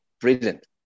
brilliant